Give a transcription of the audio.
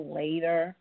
later